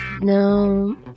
No